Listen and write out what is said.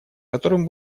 которым